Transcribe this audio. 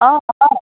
অঁ হয়